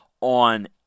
on